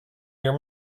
your